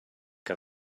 que